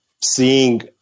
seeing